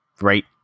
right